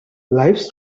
lifes